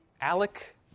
Alec